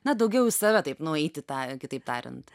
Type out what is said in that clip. na daugiau į save taip nueiti tą kitaip tariant